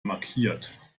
markiert